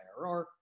IRR